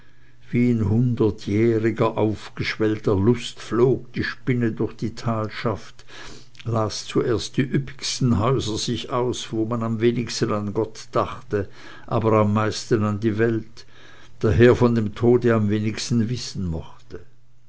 hundertjähriger aufgeschwellter lust flog die spinne durch die talschaft las zuerst die üppigsten häuser sich aus wo man am wenigsten an gott dachte aber am meisten an die welt daher von dem tod am wenigsten wissen mochte